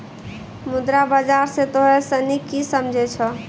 मुद्रा बाजार से तोंय सनि की समझै छौं?